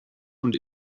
und